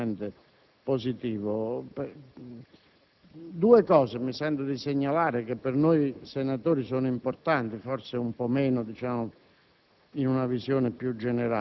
delle lacune, però sento di poter dire che il servizio che ha reso il Collegio dei Questori è sicuramente positivo.